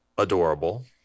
adorable